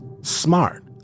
smart